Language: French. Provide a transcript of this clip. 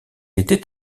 était